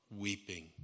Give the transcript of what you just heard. weeping